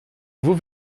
vous